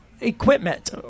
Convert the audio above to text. equipment